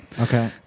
Okay